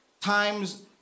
times